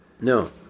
no